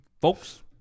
folks